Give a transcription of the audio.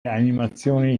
animazioni